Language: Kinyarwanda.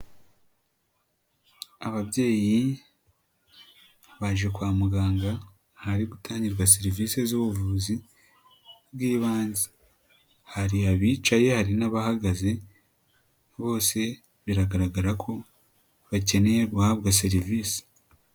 Ababyeyi baje kwa muganga, ahari gutangirwa serivise z'ubuvuzi bw'ibanze, hari abicaye hari n'abahagaze bose biragaragara ko bakeneye guhabwa serivisi.